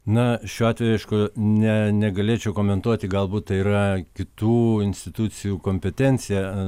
na šiuo atveju aišku ne negalėčiau komentuoti galbūt tai yra kitų institucijų kompetencija